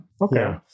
Okay